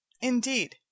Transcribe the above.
Indeed